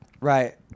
Right